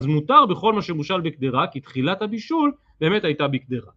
‫אז מותר בכל מה שcושל בקדרה, ‫כי תחילת הבישול באמת הייתה בקדרה.